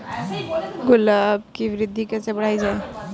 गुलाब की वृद्धि कैसे बढ़ाई जाए?